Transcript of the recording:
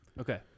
okay